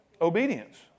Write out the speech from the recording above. Obedience